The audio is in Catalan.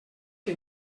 que